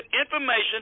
information